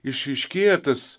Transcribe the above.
išryškėja tas